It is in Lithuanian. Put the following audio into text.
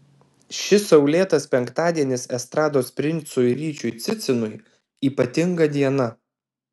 šis saulėtas penktadienis estrados princui ryčiui cicinui ypatinga diena